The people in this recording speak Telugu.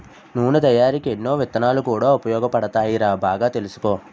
నూనె తయారికీ ఎన్నో విత్తనాలు కూడా ఉపయోగపడతాయిరా బాగా తెలుసుకో